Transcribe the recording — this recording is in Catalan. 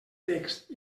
text